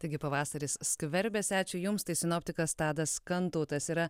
taigi pavasaris skverbiasi ačiū jums tai sinoptikas tadas kantautas yra